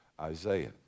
Isaiah